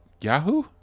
Yahoo